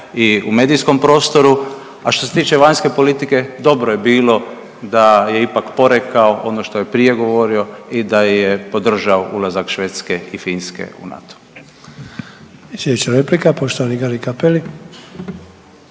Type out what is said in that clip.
i u medijskom prostoru, a što se tiče vanjske politike dobro je bilo da je ipak porekao ono što je prije govorio i da je podržao ulazak Švedske i Finske u NATO.